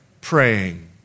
praying